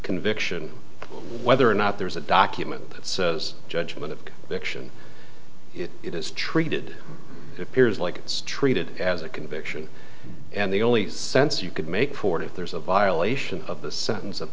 conviction whether or not there's a document that says judgment of the action if it is treated appears like it's treated as a conviction and the only sense you could make for if there's a violation of the sentence of